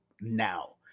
now